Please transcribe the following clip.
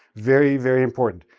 very, very important.